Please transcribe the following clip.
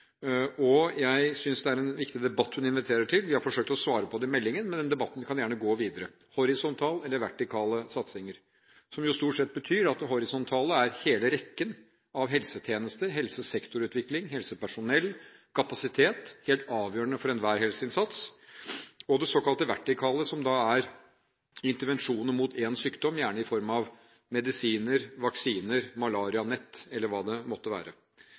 og jeg synes det er en viktig debatt hun inviterer til. Vi har forsøkt å svare på det i meldingen, men den debatten kan gjerne gå videre: Horisontale eller vertikale satsinger? Det betyr stort sett at det horisontale er hele rekken av helsetjenester, helsesektorutvikling, helsepersonell, kapasitet – helt avgjørende for enhver helseinnsats. Det såkalte vertikale er intervensjoner mot én sykdom, gjerne i form av medisiner, vaksiner, malarianett eller hva det måtte være.